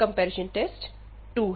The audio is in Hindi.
यह कंपैरिजन टेस्ट 2 है